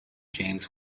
james